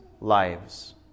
lives